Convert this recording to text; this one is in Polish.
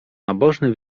nabożny